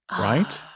right